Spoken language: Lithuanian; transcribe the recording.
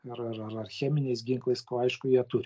ar ar ar ar cheminiais ginklais ko aišku jie turi